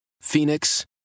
Phoenix